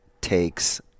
takes